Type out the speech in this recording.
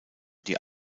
die